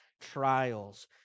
trials